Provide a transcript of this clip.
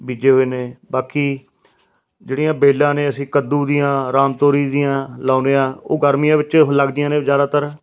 ਬੀਜੇ ਹੋਏ ਨੇ ਬਾਕੀ ਜਿਹੜੀਆਂ ਬੇਲਾਂ ਨੇ ਅਸੀਂ ਕੱਦੂ ਦੀਆਂ ਰਾਮਤੋਰੀ ਦੀਆਂ ਲਗਾਉਂਦੇ ਹਾਂ ਉਹ ਗਰਮੀਆਂ ਵਿੱਚ ਲੱਗਦੀਆਂ ਨੇ ਜ਼ਿਆਦਾਤਰ